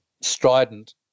strident